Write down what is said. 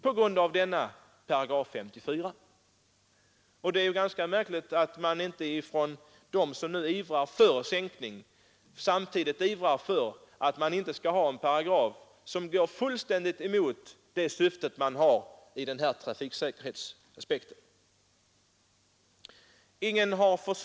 Orsaken är just 54 §, och det är ganska märkligt att de som nu ivrar för kortare fordon inte samtidigt ivrar för att man inte skall ha en paragraf som går fullständigt emot det trafiksäkerhetsintresse som de talar för.